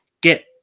get